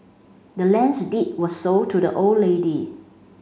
the land's deed was sold to the old lady